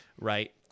Right